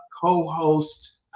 co-host